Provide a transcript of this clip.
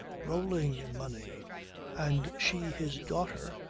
rolling in money and she, his daughter,